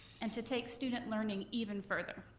and to take student learning even further.